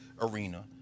arena